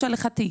יש עליך תיק.